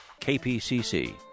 KPCC